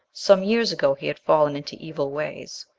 some years ago he had fallen into evil ways.